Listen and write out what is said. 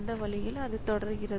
இந்த வழியில் அது தொடர்கிறது